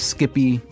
Skippy